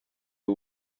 who